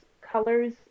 colors